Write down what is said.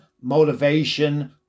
motivation